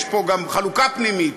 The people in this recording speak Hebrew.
יש פה גם חלוקה פנימית.